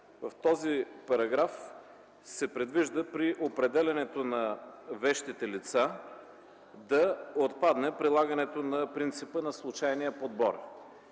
В този параграф се предвижда при определянето на вещите лица да отпадне прилагането на принципа на случайния подбор.